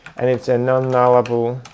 and it's a non-nullable